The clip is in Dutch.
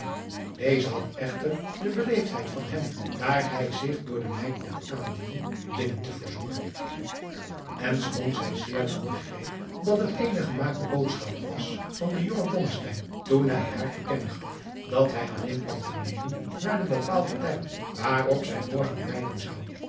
deze had echter de beleefdheid van hem daar hij zich door de meid liet aandienen binnen te verzoeken en schoon zij zeer wel begreep dat het eene gemaakte boodschap was van den jongen blommesteyn toen hij haar te kennen gaf dat hij alleen kwam adriaan loosjes pzn het leven van johannes wouter blommesteyn vernemen naar den bepaalden tijd waarop zij morgen rijden zou